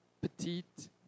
petite